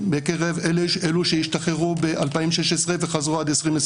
מקרב אלו שהשתחררו ב-2016 וחזרו עד 2021,